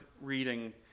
reading